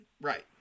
Right